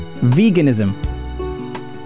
Veganism